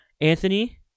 Anthony